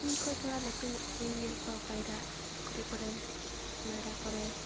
ᱤᱧ ᱠᱷᱚᱡ ᱛᱷᱚᱲᱟ ᱞᱟᱹᱴᱩ ᱧᱚᱜ ᱠᱚᱧ ᱧᱮᱞ ᱠᱚᱣᱟ ᱯᱟᱭᱨᱟᱜ ᱯᱩᱠᱷᱨᱤ ᱠᱚᱨᱮ ᱜᱟᱰᱟ ᱠᱚᱨᱮ